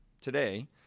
today